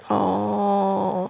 orh